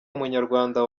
munyarwanda